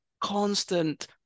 constant